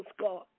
God